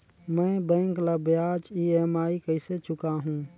मैं बैंक ला ब्याज ई.एम.आई कइसे चुकाहू?